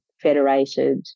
federated